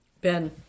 Ben